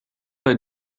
bei